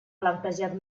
plantejat